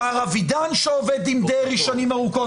מר אבידן שעובד עם דרעי שנים ארוכות,